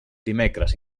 dimecres